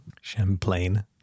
champlain